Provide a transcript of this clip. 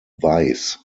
weiss